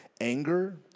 anger